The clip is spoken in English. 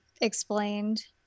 explained